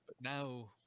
Now